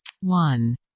one